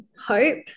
hope